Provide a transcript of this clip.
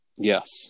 Yes